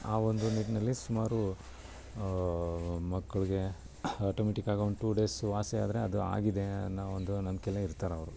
ಆ ಒಂದು ನಿಟ್ಟಿನಲ್ಲಿ ಸುಮಾರು ಮಕ್ಳಿಗೆ ಆಟೋಮ್ಯಾಟಿಕ್ ಆಗಿ ಒಂದು ಟು ಡೇಸ್ ಅಲ್ಲಿ ವಾಸಿ ಆದ್ರೆ ಅದು ಆಗಿದೆ ಅನ್ನೋ ಒಂದು ನಂಬಿಕೆಲೆ ಇರ್ತಾರೆ ಅವರು